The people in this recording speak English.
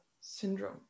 syndrome